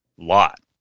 lot